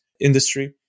industry